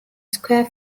square